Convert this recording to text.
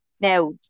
now